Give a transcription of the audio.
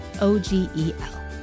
O-G-E-L